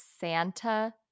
Santa